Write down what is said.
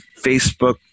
facebook